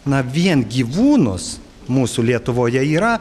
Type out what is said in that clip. na vien gyvūnus mūsų lietuvoje yra